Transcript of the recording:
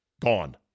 gone